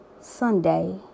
Sunday